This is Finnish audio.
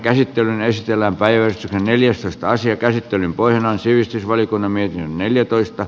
käsittelyn pohjana on sivistysvaliokunnan mietintö